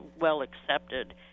well-accepted